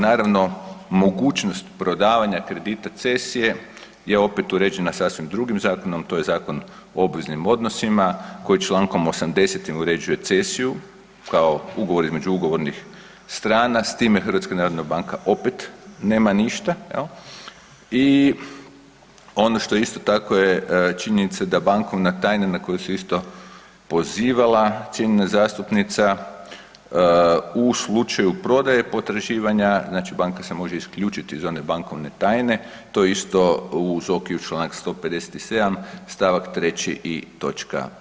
Naravno, mogućnost prodavanja kredita cesije je opet uređena sasvim drugim zakonom, a to je Zakon o obveznim odnosima koji čl. 80. uređuje cesiju kao ugovor između ugovornih strana s time HNB opet nema ništa jel i ono što isto tako je činjenica da bankovna tajna na koju se isto pozivala cijenjena zastupnica u slučaju prodaje potraživanja, znači banka se može isključiti iz one bankovne tajne, to je isto u ZOO čl. 157. st. 3. i toč.